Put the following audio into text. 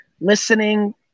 listening